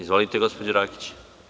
Izvolite gospođo Rakić.